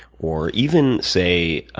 or even say,